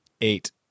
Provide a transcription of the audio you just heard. eight